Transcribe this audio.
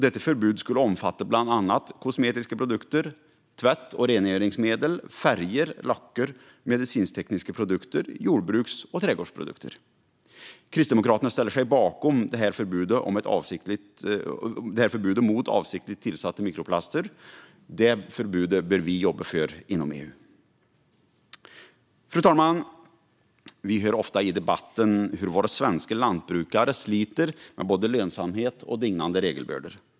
Detta förbud skulle bland annat omfatta kosmetiska produkter, tvätt och rengöringsmedel, färger och lacker, medicintekniska produkter samt jordbruks och trädgårdsprodukter. Kristdemokraterna ställer sig bakom detta förbud mot avsiktligt tillsatta mikroplaster. Sverige bör jobba för detta förbud inom EU. Fru talman! Vi hör ofta i debatten hur våra svenska lantbrukare sliter med både lönsamhet och dignande regelbördor.